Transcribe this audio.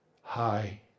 high